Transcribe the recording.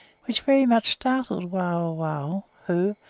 which very much startled wauwau, who,